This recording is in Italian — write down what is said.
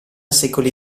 secoli